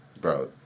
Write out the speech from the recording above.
bro